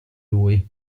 lui